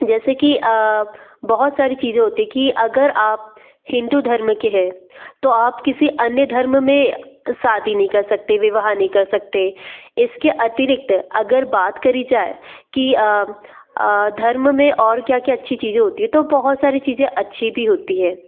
जैसे कि बहुत सारी चीज़ें होती कि अगर आप हिंदू धर्म के हैं तो आप किसी अन्य धर्म में शादी नहीं कर सकते विवाह नहीं कर सकते इसके अतिरिक्त अगर बात करी जाए कि धर्म में और क्या क्या अच्छी चीज़ें होती हैं तो बहुत सारी चीज़ें अच्छी भी होती हैं